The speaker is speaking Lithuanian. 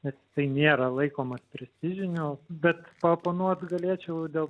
nes jisai nėra laikomas prestižiniu bet paoponuot galėčiau dėl